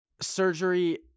surgery